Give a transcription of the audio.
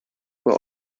were